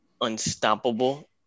unstoppable